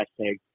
hashtag